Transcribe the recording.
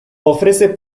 ofrece